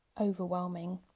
overwhelming